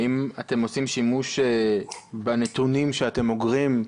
האם אתם עושים שימוש בנתונים שאתם אוגרים,